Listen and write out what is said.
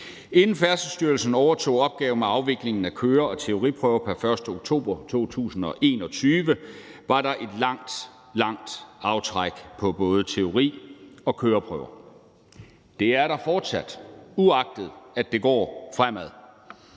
Inden Færdselsstyrelsen overtog opgaven med afviklingen af køre- og teoriprøver pr. 1. oktober 2021, var der et langt, langt aftræk på både teori- og køreprøver. Det er der fortsat, uagtet at det går fremad.